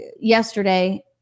yesterday